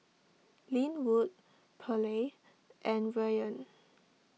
Linwood Pearle and Rian